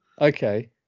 Okay